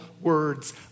words